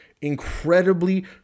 incredibly